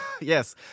Yes